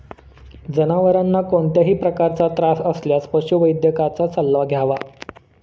जनावरांना कोणत्याही प्रकारचा त्रास असल्यास पशुवैद्यकाचा सल्ला घ्यावा